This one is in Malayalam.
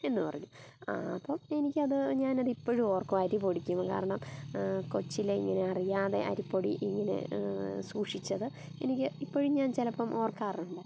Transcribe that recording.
എന്ന് പറഞ്ഞു അപ്പം എനിക്ക് അത് ഞാനത് ഇപ്പോഴും ഓർക്കും അരി പൊടിക്കുമ്പം കാരണം കൊച്ചിലേ ഇങ്ങനെ അറിയാതെ അരിപ്പൊടി ഇങ്ങനെ സൂക്ഷിച്ചത് എനിക്ക് ഇപ്പോഴും ഞാൻ ചിലപ്പം ഓർക്കാറുണ്ട്